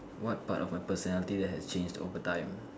what part of my personality that has change overtime